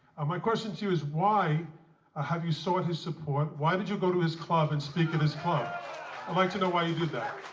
my question to you is, why ah have you sought his support, why did you go to his club and speak at his club? i'd like to know why you did that.